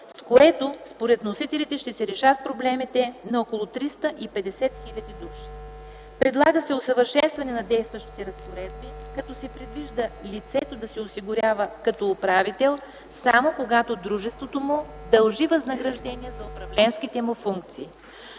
с което, според вносителите, ще се решат проблемите на около 350 000 души. Предлага се усъвършенстване на действащите разпоредби, като се предвижда лицето да се осигурява като управител само когато дружеството му дължи възнаграждение за управленските му функции.